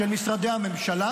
של משרדי הממשלה,